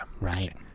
right